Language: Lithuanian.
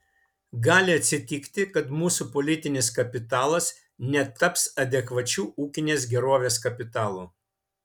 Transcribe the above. gali atsitikti kad mūsų politinis kapitalas netaps adekvačiu ūkinės gerovės kapitalu